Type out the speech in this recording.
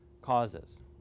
causes